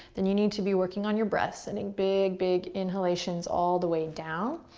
then you need to be working on your breath, sending big, big inhalations all the way down